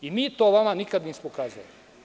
Mi to vama nikada nismo kazali.